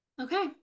Okay